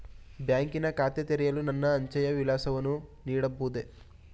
ಬ್ಯಾಂಕಿನ ಖಾತೆ ತೆರೆಯಲು ನನ್ನ ಅಂಚೆಯ ವಿಳಾಸವನ್ನು ನೀಡಬಹುದೇ?